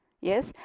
yes